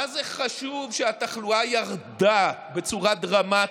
מה זה חשוב שהתחלואה ירדה בצורה דרמטית?